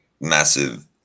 massive